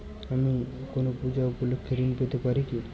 আমি কোনো পূজা উপলক্ষ্যে ঋন পেতে পারি কি?